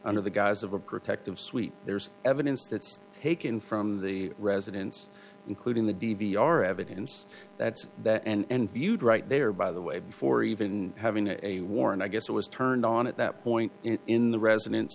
under the guise of a protective sweep there's evidence that's taken from the residence including the d v r evidence that's that and viewed right there by the way before even having a warrant i guess it was turned on at that point in the residen